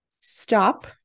stop